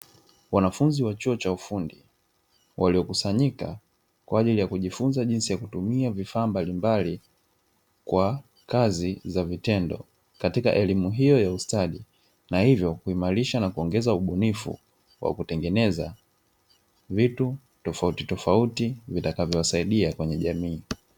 Wanafunzi wa chuo cha ufundi, waliokusanyika kwa ajili ya kujifunza jinsi ya kutumia vifaa mbalimbali, kwa kazi za vitendo katika elimu hiyo ya ustadi; na hivyo kuimarisha na kuongeza ubunifu wa kutengeneza vitu tofautitofauti, vitakavyowasaidia kwenye jamii.